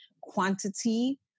quantity